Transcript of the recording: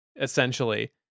essentially